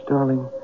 Darling